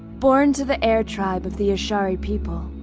born to the air tribe of the ashari people,